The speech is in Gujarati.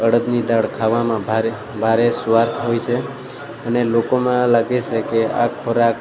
અડદની દાળ ખાવામાં ભારે ભારે સ્વાદ હોય છે અને લોકોમાં લાગે છે કે આ ખોરાક